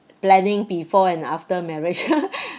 planning before and after marriage